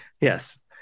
Yes